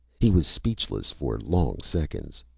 he was speechless for long seconds.